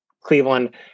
cleveland